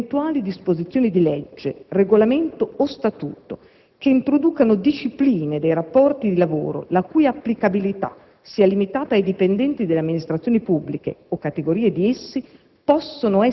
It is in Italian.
che: "Eventuali disposizioni di legge, regolamento o statuto che introducano discipline dei rapporti di lavoro la cui applicabilità sia limitata ai dipendenti delle amministrazioni pubbliche o categorie di essi